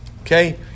Okay